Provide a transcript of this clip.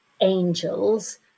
angels